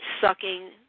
sucking